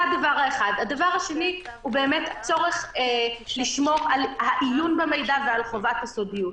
הדבר השני הוא באמת הצורך לשמור על העיון במידע ועל חובת הסודיות.